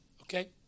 Okay